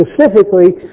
specifically